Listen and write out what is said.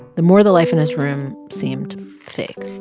the more the life in his room seemed fake.